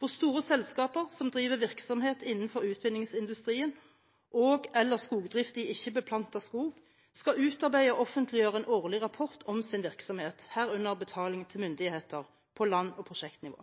hvor store selskaper som driver virksomhet innenfor utvinningsindustrien og/eller skogdrift i ikke-beplantet skog, skal utarbeide og offentliggjøre en årlig rapport om sin virksomhet, herunder betaling til myndigheter på land- og prosjektnivå.